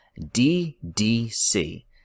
DDC